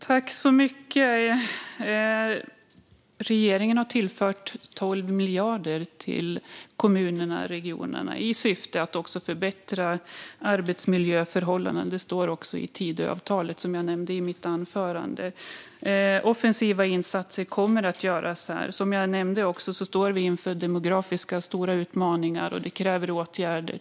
Fru talman! Regeringen har tillfört 12 miljarder till kommunerna och regionerna, också i syfte att förbättra arbetsmiljöförhållandena. Det står även i Tidöavtalet, som jag nämnde i mitt anförande. Offensiva insatser kommer att göras. Som jag också nämnde står vi inför stora demografiska utmaningar, och det kräver åtgärder.